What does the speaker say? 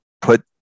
put